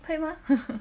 会吗